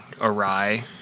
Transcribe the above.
awry